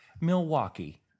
Milwaukee